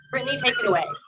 brittany take it away.